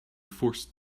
forced